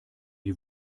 die